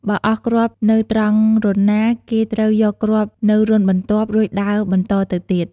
បើអស់គ្រាប់នៅត្រង់រន្ធណា គេត្រូវយកគ្រាប់នៅរន្ធបន្ទាប់ រួចដើរបន្តទៅទៀត។